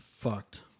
fucked